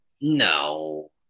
No